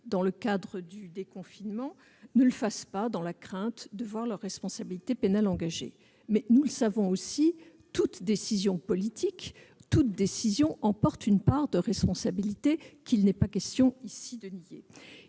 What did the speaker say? dans le cadre du déconfinement ne le fassent pas dans la crainte de voir leur responsabilité pénale engagée. Toutefois, nous le savons aussi, toute décision politique emporte une part de responsabilité qu'il n'est pas question de nier.